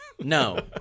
No